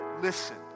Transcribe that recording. listen